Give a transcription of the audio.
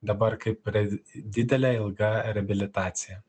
dabar kaip red didelė ilga reabilitacija